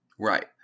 Right